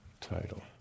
title